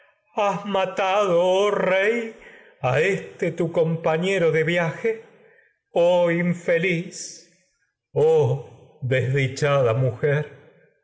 has matado oh rey a este tu compañero de viaje oh infeliz oh desdi chada mujer